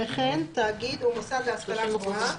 -- וכן תאגיד ומוסד להשכלה גבוהה,